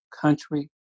country